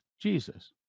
Jesus